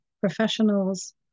professionals